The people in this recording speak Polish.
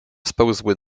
spełzły